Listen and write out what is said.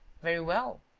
very well.